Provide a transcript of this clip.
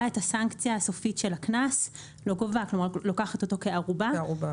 את הסנקציה הסופית של הקנס - לוקחת אותו כערובה